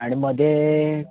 आणि मध्ये